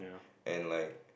and like